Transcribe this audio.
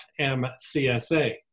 FMCSA